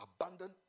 abandoned